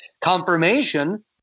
Confirmation